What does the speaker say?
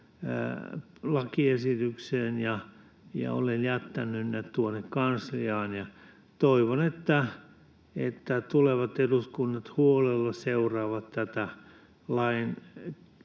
lakiesitykseen, olen jättänyt ne tuonne kansliaan, ja toivon, että tulevat eduskunnat huolella seuraavat